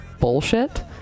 bullshit